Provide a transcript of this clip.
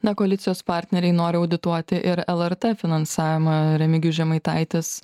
na koalicijos partneriai nori audituoti ir lrt finansavimą remigijus žemaitaitis